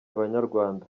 banyarwanda